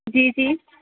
جی جی